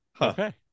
Okay